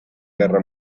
guerra